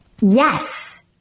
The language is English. yes